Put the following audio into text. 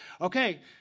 okay